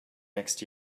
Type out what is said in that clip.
next